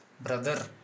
Brother